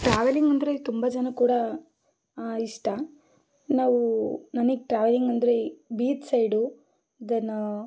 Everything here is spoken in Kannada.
ಟ್ರಾವೆಲಿಂಗ್ ಅಂದರೆ ತುಂಬ ಜನಕ್ಕೆ ಕೂಡ ಇಷ್ಟ ನಾವು ನನಗೆ ಟ್ರಾವೆಲಿಂಗ್ ಅಂದರೆ ಬೀಚ್ ಸೈಡು ದೆನ್ನ